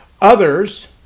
Others